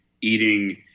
eating